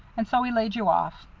and so he laid you off.